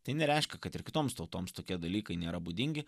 tai nereiškia kad ir kitoms tautoms tokie dalykai nėra būdingi